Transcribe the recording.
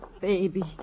baby